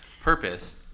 purpose